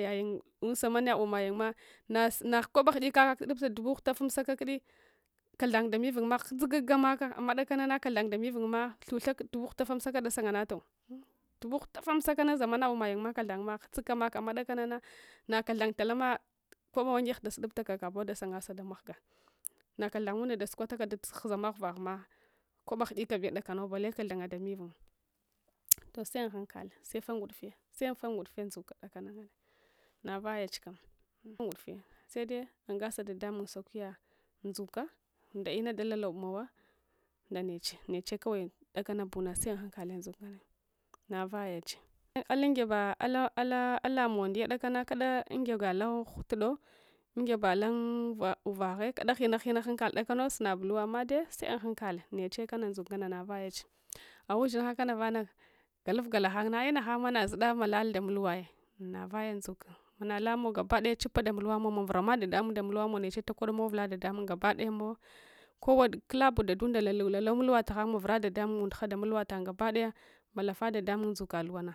Yayun unzamaniya umayunma nasnskwaba ghu’ika kak tudubta dubu hurafumsaka kudi kathan damevuny ma ghutsukuka maka amma dakanana kgthan damevungma thu thaks dubu hutafumsaka desunganato dubu hutafumsakana zamancyunma hutsuka mak amma kudakanana nakathan talama kwaɗa wangigh dasud uptaka kabowa dasungate damahgs nakathan ngunda dasukwataka kughuzama ghuraghma kwaɗbe ghu’ikabew dakanu bale kathanga damevung toh se unhankal sefa ngudufiya sefa ngudufe ndzuk dakana navaycch kam sefe nguduf iya sede ungase dedamung sauki ya nduzka nda ina dakalobmowe ndaneche neche lcawai dekancbun se unh ankale ndzuk nganne navajeche eh’ alun gefaralamow ndiya kudakana kada ungebo lageutudo ungesbo hin uraghe kada ghina ghina hankal dakano suunabulwa amma dai se unhankale neche kans ndzuk kana navayache agha ushinghnaka na vana galufgala ghangna ai'ng hangma nasudo malal ndamulwa ai navaye ndzuka manalomuwe gebakidayo chubpamowa damulwa mowa mavuran da damung nda mulwa mow neche takodumow uvuladedamung gebodayamowa kowa kulabe dadunda lelulala mulwa toghan mavure dedemung undughs nda mulwa tan gabadaya malafa nɗaɗamung dzuka dunye luwana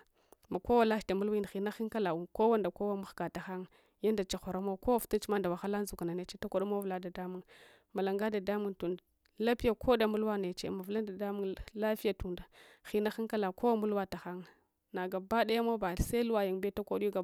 makowa lach nda mulwin ghina ghankala kowa nda kowa mahga taghan yada chaghuramow kowa vutunchma nda wahala ndzukna neche takudmow uvula nɗaɗamung malunga dadamung tunde lapye konda mulwa neche mavulun nɗaɗamung lapiya tunde ghina ghankala kowa mulwa taghan na gaba dayamow a’baseluwa yun bew takodiyu